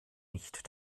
nicht